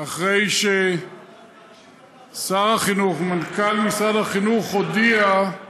אחרי ששר החינוך ומנכ"ל משרד החינוך הודיעו